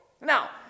Now